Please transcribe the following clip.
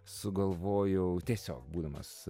sugalvojau tiesiog būdamas